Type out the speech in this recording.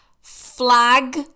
Flag